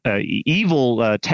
evil